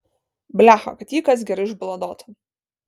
blecha kad jį kas gerai užbaladotų